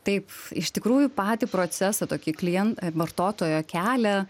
taip iš tikrųjų patį procesą tokį klient vartotojo kelią